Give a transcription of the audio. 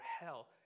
hell